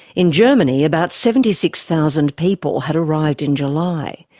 in germany, about seventy six thousand people had arrived in july.